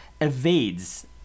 evades